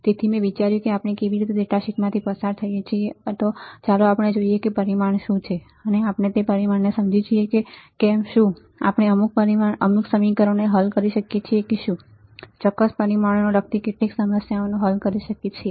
તેથી મેં વિચાર્યું કે આપણે કેવી રીતે ડેટા શીટમાંથી પસાર થઈએ છીએ અને ચાલો જોઈએ કે પરિમાણ શું છે અને આપણે તે પરિમાણને સમજીએ છીએ કે કેમ શું આપણે અમુક સમીકરણો હલ કરી શકીએ છીએ કે શું તે ચોક્કસ પરિમાણોને લગતી કેટલીક સમસ્યાઓ હલ કરી શકીએ છીએ